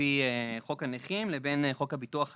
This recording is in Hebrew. לפי חוק הנכים לבין זכויות לפי חוק הביטוח הלאומי.